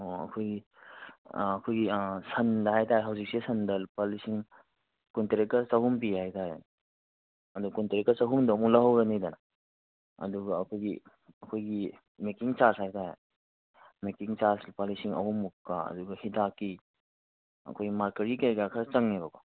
ꯑꯣ ꯑꯩꯈꯣꯏꯒꯤ ꯑꯩꯈꯣꯏꯒꯤ ꯁꯟꯗ ꯍꯥꯏ ꯇꯥꯔꯦ ꯍꯧꯖꯤꯛꯁꯦ ꯁꯟꯗ ꯂꯨꯄꯥ ꯂꯤꯁꯤꯡ ꯀꯨꯟꯇꯔꯦꯠꯀ ꯆꯥꯍꯨꯝ ꯄꯤ ꯍꯥꯏ ꯇꯥꯔꯦ ꯑꯗꯨ ꯀꯨꯟꯇꯔꯦꯠꯀ ꯆꯥꯍꯨꯝꯗꯣ ꯑꯃꯨꯛ ꯂꯧꯍꯧꯔꯅꯤꯗꯅ ꯑꯗꯨꯒ ꯑꯩꯈꯣꯏꯒꯤ ꯑꯩꯈꯣꯏꯒꯤ ꯃꯦꯀꯤꯡ ꯆꯥꯔꯖ ꯍꯥꯏ ꯇꯥꯔꯦ ꯃꯦꯀꯤꯡ ꯆꯥꯔꯖ ꯂꯨꯄꯥ ꯂꯤꯁꯤꯡ ꯑꯍꯨꯝꯃꯨꯛꯀ ꯑꯗꯨꯒ ꯍꯤꯗꯥꯛꯀꯤ ꯑꯩꯈꯣꯏꯒꯤ ꯃꯥꯔꯀꯔꯤ ꯀꯩꯀꯥ ꯈꯔ ꯆꯪꯉꯦꯕꯀꯣ